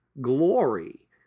glory